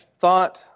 thought